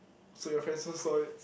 so your friends all saw it